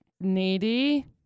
needy